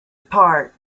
apart